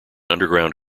underground